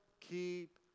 keep